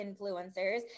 influencers